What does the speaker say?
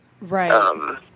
Right